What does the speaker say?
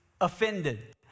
offended